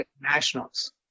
nationals